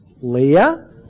Leah